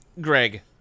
Greg